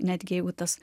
netgi jeigu tas